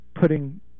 putting